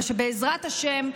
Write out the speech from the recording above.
ושבעזרת השם,